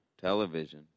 television